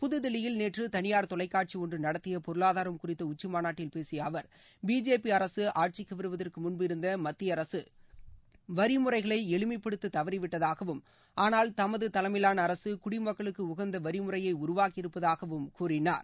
புதுதில்லியில் நேற்று தனியார் தொலைக்காட்சி ஒன்று நடத்திய பொருளாதாரம் குறித்த உச்சிமாநாட்டில் பேசிய அவர் பி ஜே பி அரசு ஆட்சிக்கு வருவதற்கு முன்பு இருந்த மத்திய அரசு வரி முறைகளை எளிமைப்படுத்த தவறிவிட்டதாகவும் ஆனால் தமது தலைமையிலான அரசு குடிமக்களுக்கு உகந்த வரி முறையை உருவாக்கியிருப்பதாகவும் கூறினார்